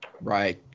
Right